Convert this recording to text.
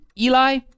Eli